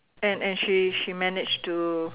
and and she she managed to